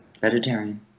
Vegetarian